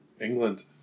England